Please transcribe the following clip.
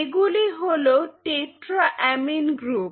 এগুলো হলো tetra amine group